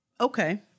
okay